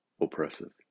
oppressive